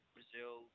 Brazil